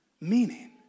Meaning